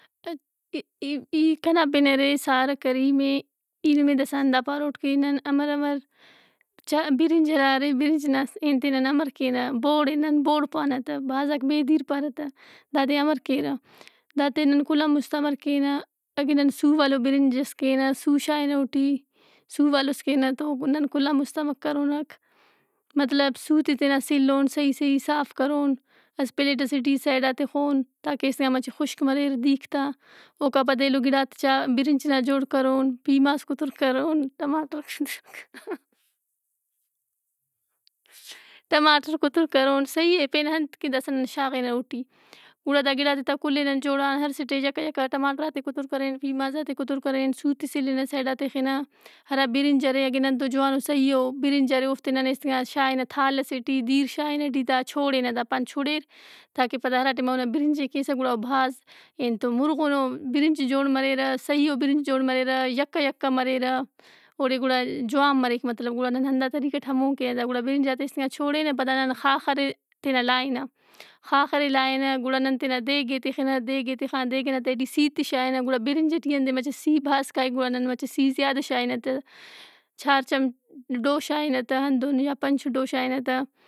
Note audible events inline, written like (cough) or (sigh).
(unintelligible) ای نمے داسا ہندا پاروٹ کہ نن امر امرچہ- بِرِنج ارے برنج نا انت ئے نن امر کینہ بوڑ ئے۔ نن بوڑ پانہ تہ بھازاک بیدِیر پارہ تہ، دادے امر کیرہ؟ دادے نن کُل آن مُست امہ کینہ؟ اگہ نن سُو والو برنجس کینہ, سُو شائنہ اوٹی، سُو والوس کینہ تونن کل آن مُست امہ کرونک۔ مطلب سُوت ئے تینا سلّون صحیح صحیح صاف کرون۔ اسہ پلیٹ ئسے ٹی سیڈ آ تِخون تاکہ ایسکا مچہِ خُشک مریر دِیرک تا۔ اوکان پد ایلو گِڑات ئےچا- برنج نا جوڑ کرون، پیماز کُتر کرون، ٹماٹرکُتر کرون (laughs) ٹماٹر کتر کرون، صحیح اے؟ پین انت کہ داسا نن شاغِنہ اوٹی۔ گُڑا دا گِڑات ئےتا کل ئے نن جوڑان، ہر اسٹ ئے یکّہ یکّہ، ٹماٹرتے کُتر کرین، پیمازات ئے کُتر کرین، سُوت ئے سِلِّنہ سیڈ آ تِخِنہ، ہرا بِرِنج ارے اگہ نن تو جوانو صحیح اوبرنج ارے اوفتے نن ایسکا شائنہ تھال ئسے ٹی۔ دِیرشائنہ ای ٹی تا چوڑِنہ تا، پان چُڑِر تاکہ پدا اونا برنج ئے کیسہ گُڑا او بھازئے انت او مُرغنوبرنج جوڑ مریرہ، صحیحئو برنج جوڑ مریرہ، یکہ یکہ مریرہ۔ اوڑے گڑا جوان مریک مطلب گُڑا نن ہندا طریقَٹ ہمون کینہ تا۔ گُڑا برنجاتے ایسکان چوڑِنہ پدا نن خاخر ئے تینا لائِنہ۔ خاخر ئے لائنہ گُڑا نن تینا دیگ ئے تِخِنہ۔ دیگ ئے تِخان دیگ ئنا تہہ ٹی سِیت ئے شائنہ گُڑا برنج ئٹی انت ئے گُُڑا سی مچہ بھاز کائِک گُڑا نن مچہِ سِی زیادہ شائنہ تا۔ چار چم- ڈو شائنہ تا ہندن یا پنچ ڈو شائنہ تا۔